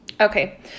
Okay